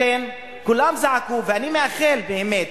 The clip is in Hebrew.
לכן כולם זעקו, ואני מאחל באמת